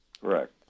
Correct